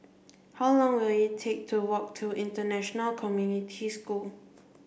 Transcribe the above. how long will it take to walk to International Community School